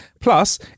Plus